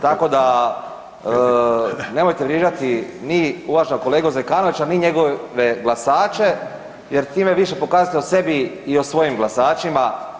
Tako da nemojte vrijeđati niti uvaženog kolegu Zekanovića, niti njegove glasače jer time više pokazujete o sebi i o svojim glasačima.